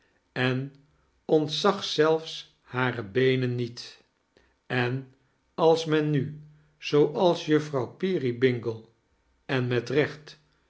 en ontzag zelfs hare beenen niet en als men nu zooals juffrouw peerybingle en met